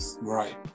Right